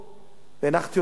הנחתי אותה היום,